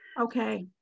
Okay